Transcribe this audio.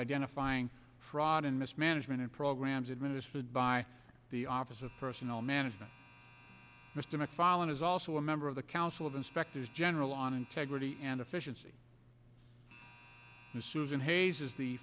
identifying fraud and mismanagement in programs administered by the office of personnel management mr mcfarlane is also a member of the council of inspectors general on integrity and efficiency susan hayes is the